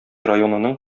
районының